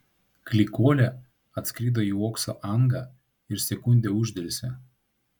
klykuolė atskrido į uokso angą ir sekundę uždelsė